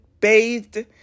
bathed